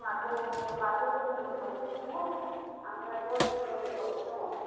दोरोमाथ' बाथौ दोरोम नि खावसे दङ आमफ्राय ब्रह्म दोरोमनि खावसे दङ